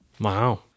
wow